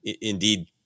indeed